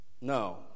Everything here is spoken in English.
No